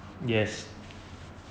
yes